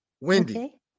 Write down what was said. Wendy